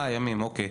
אה, ימים, אוקי.